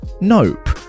nope